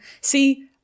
See